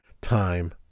time